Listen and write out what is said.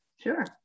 Sure